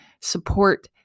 support